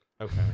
Okay